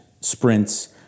sprints